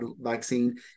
vaccine